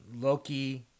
Loki